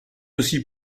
aussi